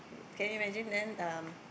can you imagine then um